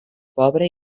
pobre